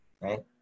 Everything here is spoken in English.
right